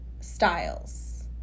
styles